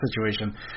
situation